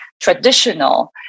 traditional